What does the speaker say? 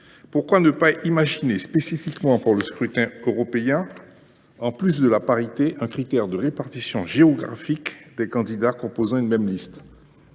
Pourquoi ne pas imaginer spécifiquement pour le scrutin européen, en sus du critère de parité, un critère de répartition géographique des candidats composant une même liste ?